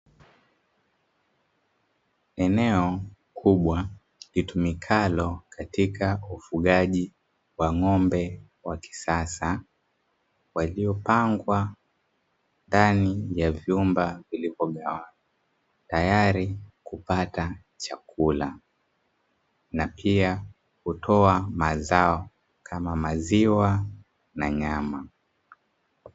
Eneo kubwa litumikalo katika ufugaji wa ng'ombe wa kisasa, waliopangwa ndani ya vyumba vilivyogawanywa; tayari kupata chakula, na pia hutoa mazao kama maziwa na nyama.